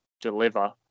Deliver